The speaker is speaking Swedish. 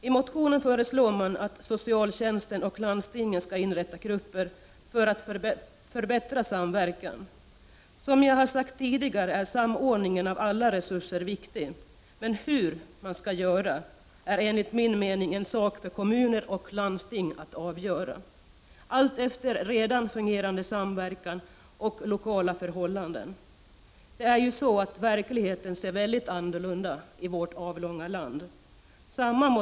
I motionen föreslår man att socialtjänsten och landstingen skall inrätta grupper för att förbättra samverkan. Som jag har sagt tidigare är samordningen av alla resurser viktig, men hur man skall göra är enligt min mening en sak för kommuner och landsting att avgöra — alltefter redan fungerande samverkan och lokala förhållanden. Verkligheten ser väldigt olika ut i vårt avlånga land.